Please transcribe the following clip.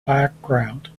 background